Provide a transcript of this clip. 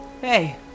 Hey